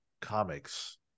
comics